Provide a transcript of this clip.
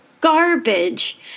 garbage